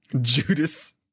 Judas